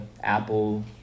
apple